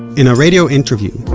in a radio interview,